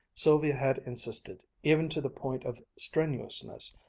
sylvia had insisted, even to the point of strenuousness,